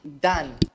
done